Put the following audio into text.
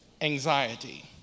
anxiety